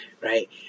right